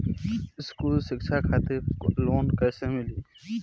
स्कूली शिक्षा खातिर लोन कैसे मिली?